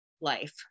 life